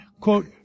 quote